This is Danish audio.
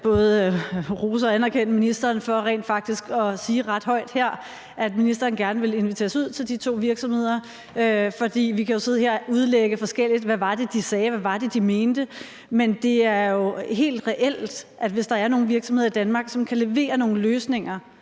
både rose og anerkende ministeren for rent faktisk at sige ret højt her, at ministeren gerne vil inviteres ud til de to virksomheder, for vi kan jo sidde her og komme med forskellige udlægninger af, hvad de sagde og mente, men det er jo sådan, at hvis der er nogle virksomheder i Danmark, som kan levere nogle løsninger